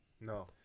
No